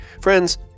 Friends